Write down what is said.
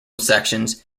sections